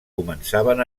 començaven